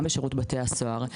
גם בשירות בתי הסוהר.